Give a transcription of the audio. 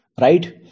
right